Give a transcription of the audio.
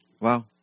Wow